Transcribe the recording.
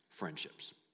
friendships